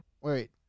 Wait